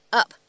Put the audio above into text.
up